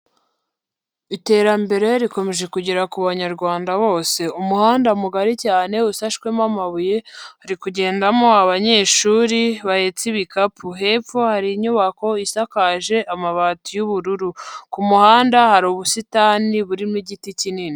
Iterambere rikomeje kugera ku banyarwanda bose. Umuhanda mugari cyane usashwemo amabuye, uri kugendamo abanyeshuri bahetse ibikapu. Hepfo hari inyubako isakaje amabati y'ubururu. Ku muhanda hari ubusitani burimo igiti kinini.